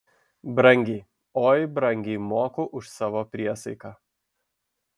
brangiai oi brangiai moku už savo priesaiką